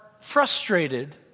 frustrated